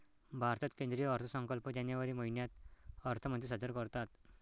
भारतात केंद्रीय अर्थसंकल्प जानेवारी महिन्यात अर्थमंत्री सादर करतात